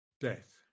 death